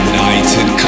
United